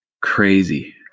crazy